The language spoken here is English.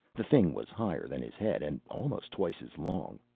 the thing was higher than his head and almost twice as long.